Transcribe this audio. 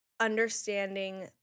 understanding